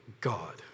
God